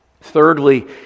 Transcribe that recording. Thirdly